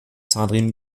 zahnriemen